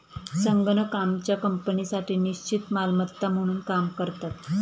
संगणक आमच्या कंपनीसाठी निश्चित मालमत्ता म्हणून काम करतात